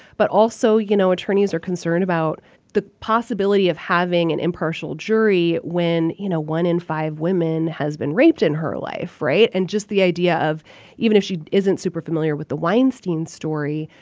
but also, you know, attorneys are concerned about the possibility of having an impartial jury when, you know, one in five women has been raped in her life, right? and just the idea of even if she isn't super familiar with the weinstein story,